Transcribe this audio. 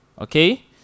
Okay